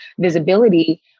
visibility